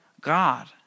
God